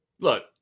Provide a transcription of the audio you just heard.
Look